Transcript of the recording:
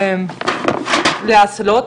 לאסלות,